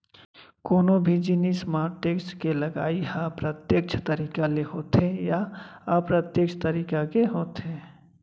कोनो भी जिनिस म टेक्स के लगई ह प्रत्यक्छ तरीका ले होथे या अप्रत्यक्छ तरीका के होथे